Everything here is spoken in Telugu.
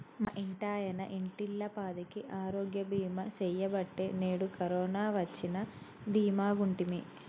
మా ఇంటాయన ఇంటిల్లపాదికి ఆరోగ్య బీమా సెయ్యబట్టే నేడు కరోన వచ్చినా దీమాగుంటిమి